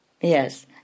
Yes